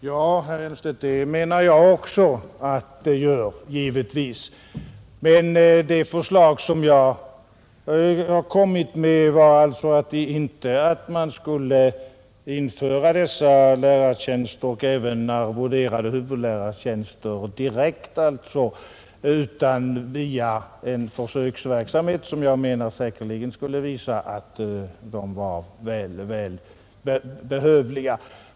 Herr talman! Ja, herr Elmstedt, det menar givetvis jag också. Men det förslag som jag lagt fram var inte att man direkt skulle införa dessa lärartjänster och arvoderade huvudlärartjänster, utan det skulle ske via en försöksverksamhet, som jag menar säkerligen skulle visa att de var väl behövliga.